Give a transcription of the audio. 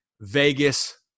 Vegas